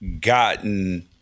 gotten